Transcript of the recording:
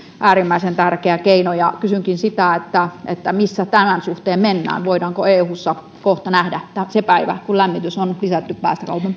äärimmäisen tärkeä keino ja kysynkin missä tämän suhteen mennään voidaanko eussa kohta nähdä se päivä kun lämmitys on lisätty päästökaupan